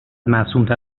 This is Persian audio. معصومتر